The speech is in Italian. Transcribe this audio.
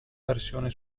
versione